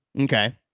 Okay